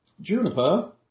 Juniper